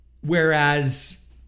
Whereas